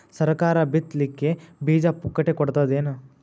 ಸರಕಾರ ಬಿತ್ ಲಿಕ್ಕೆ ಬೀಜ ಪುಕ್ಕಟೆ ಕೊಡತದೇನು?